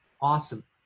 Awesome